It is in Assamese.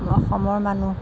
অসমৰ মানুহ